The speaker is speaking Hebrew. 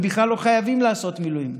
הם בכלל לא חייבים לעשות מילואים.